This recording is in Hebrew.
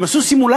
הם עשו סימולציה